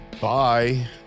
Bye